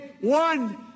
one